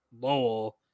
Lowell